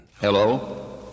Hello